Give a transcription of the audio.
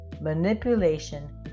manipulation